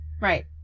Right